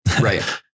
right